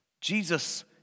Jesus